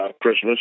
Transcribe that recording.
Christmas